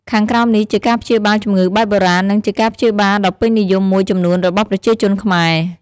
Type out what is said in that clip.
ខាងក្រោមនេះជាការព្យាបាលជំងឺបែបបុរាណ និងជាការព្យាបាលដ៏ពេញនិយមមួយចំនួនរបស់ប្រជាជនខ្មែរ។